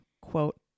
Quote